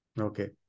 Okay